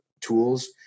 tools –